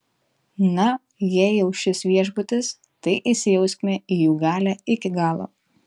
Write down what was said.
na jei jau šis viešbutis tai įsijauskime į jų galią iki galo